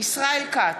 ישראל כץ,